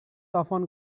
often